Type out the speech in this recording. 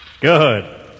Good